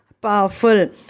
powerful